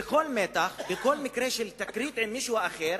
בכל מקרה של תקרית עם מישהו אחר,